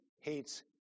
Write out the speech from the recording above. hates